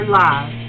live